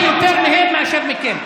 אני הוצאתי יותר מהם מאשר מכם.